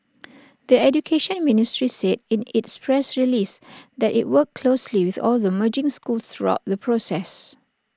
the Education Ministry said in its press release that IT worked closely with all the merging schools throughout the process